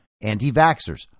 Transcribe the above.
Anti-vaxxers